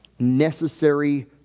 Necessary